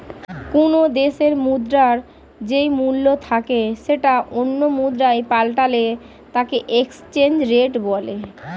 কোনো দেশের মুদ্রার যেই মূল্য থাকে সেটা অন্য মুদ্রায় পাল্টালে তাকে এক্সচেঞ্জ রেট বলে